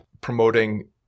promoting